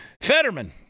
fetterman